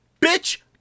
bitch